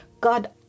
God